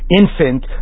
infant